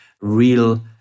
real